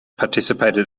participated